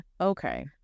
Okay